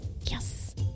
Yes